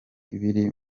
biri